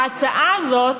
ההצעה הזאת,